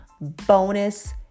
bonus